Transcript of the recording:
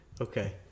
Okay